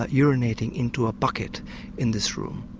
ah urinating into a bucket in this room.